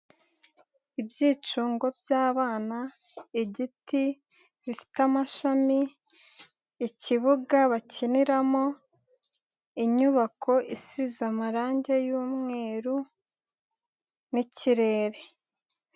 ibyicungo by'bana, igiti gifite amashami, ikibuga bakiniramo, inyubako isize amarangi y'umweru n'ikirere.